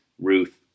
Ruth